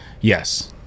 Yes